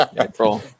april